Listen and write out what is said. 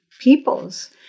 peoples